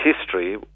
history